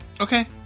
Okay